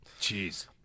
Jeez